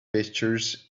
pastures